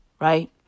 Right